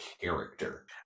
character